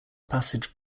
passage